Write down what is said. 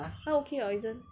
他 okay what isn't